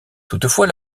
toutefois